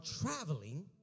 traveling